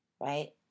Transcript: right